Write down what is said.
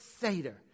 Seder